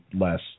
less